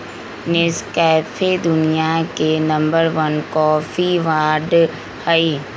Nescafe दुनिया के number one coffee brand हई